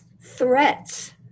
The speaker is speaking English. threats